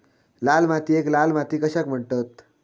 लाल मातीयेक लाल माती कशाक म्हणतत?